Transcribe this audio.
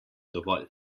dovolj